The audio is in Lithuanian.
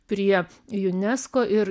prie unesco ir